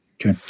Okay